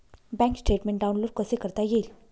Bank statement download कसे करता येईल?